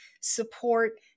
support